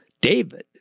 David